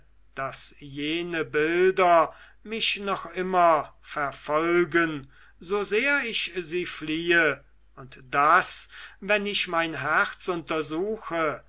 daß jene bilder mich noch immer verfolgen so sehr ich sie fliehe und daß wenn ich mein herz untersuche